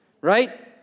right